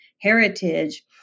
heritage